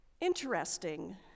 Interesting